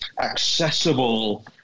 accessible